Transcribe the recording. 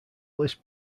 list